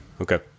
Okay